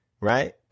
right